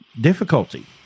difficulty